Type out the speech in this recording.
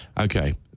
Okay